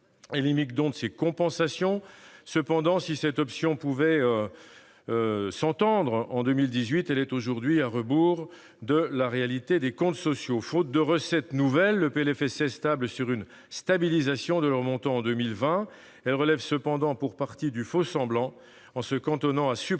limite donc les compensations. Cependant, si cette option pouvait s'entendre en 2018, elle est aujourd'hui à rebours de la réalité des comptes sociaux. Faute de recettes nouvelles, le PLFSS table sur une stabilisation de leur montant en 2020. Celle-ci relève cependant pour partie du faux-semblant, en se cantonnant à supprimer